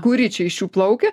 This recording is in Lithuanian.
kuri čia iš jų plaukia